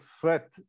threat